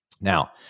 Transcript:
Now